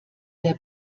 der